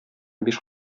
биш